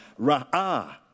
ra'ah